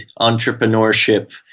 entrepreneurship